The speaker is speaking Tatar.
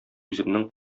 үземнең